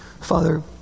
Father